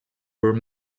were